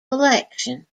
election